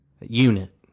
unit